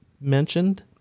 mentioned